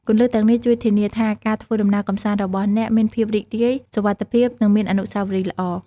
គន្លឹះទាំងនេះជួយធានាថាការធ្វើដំណើរកម្សាន្តរបស់អ្នកមានភាពរីករាយ សុវត្ថិភាព និងមានអនុស្សាវរីយ៍ល្អ។